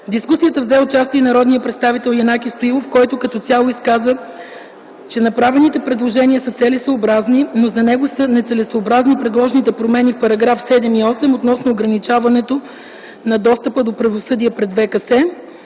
дискусията взе участие народният представител Янаки Стоилов, който като цяло изказа, че направените предложения са целесъобразни, но за него са нецелесъобразни предложените промени в § 7 и 8 относно ограничаването на достъпа до правосъдие пред ВКС.